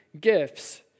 gifts